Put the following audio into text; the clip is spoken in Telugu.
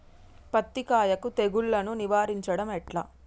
పత్తి కాయకు తెగుళ్లను నివారించడం ఎట్లా?